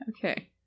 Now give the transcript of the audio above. okay